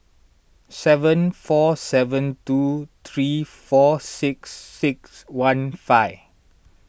seven four seven two three four six six one five